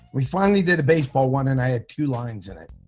we finally did a baseball one and i had two lines in it.